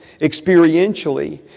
experientially